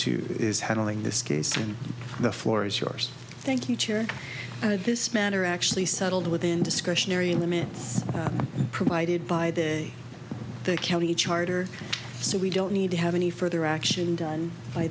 to is handling this case and the floor is yours thank you chair i had this matter actually settled within discretionary limits provided by the county charter so we don't need to have any further action done by